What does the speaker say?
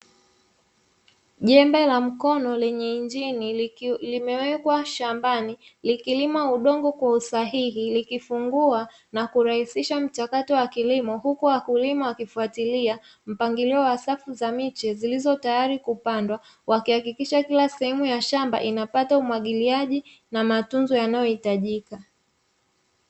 Jembe la mkono lenye injini limewekwa shambani, likilima udongo kwa usahihi, likifungua na kurahisisha mchakato wakilimo, huku wakulima wakifuatilia mpangilio wa safu za miche zilizo tayari kupandwa, wakihakikisha kila sehemu ya shamba inapata umwagiliaji na matunzo yanayohitajika.